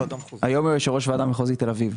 היום הוא ראש הוועדה המחוזית, תל אביב.